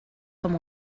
com